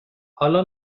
حالا